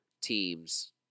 teams